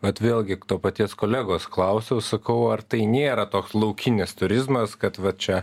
vat vėlgi to paties kolegos klausiau sakau ar tai nėra toks laukinis turizmas kad va čia